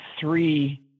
three